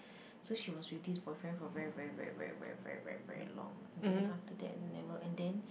so she was with this boyfriend for very very very very very very very very long and then after that never and then